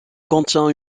contient